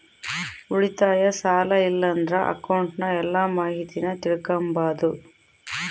ಉಳಿತಾಯ, ಸಾಲ ಇಲ್ಲಂದ್ರ ಅಕೌಂಟ್ನ ಎಲ್ಲ ಮಾಹಿತೀನ ತಿಳಿಕಂಬಾದು